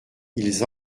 ils